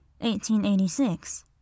1886